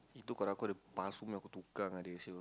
itu kalau aku ada pasu punya aku tukar dengan dia [siol]